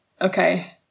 okay